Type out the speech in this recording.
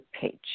page